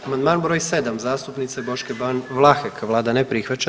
Amandman br. 7 zastupnice Boške Ban Vlahek, Vlada ne prihvaća.